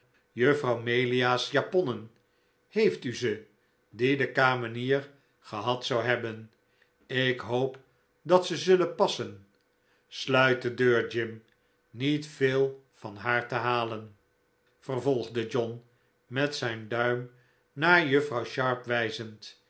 juffrouw melia's japonnen heeft u ze die de kamenier gehad zou hebben ik hoop dat ze zullen passen sluit de deur jim niet veel van haar te halen vervolgde john met zijn duim naar juffrouw sharp wijzend